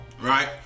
right